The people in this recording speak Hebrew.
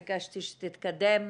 ביקשתי שתתקדם.